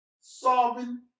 solving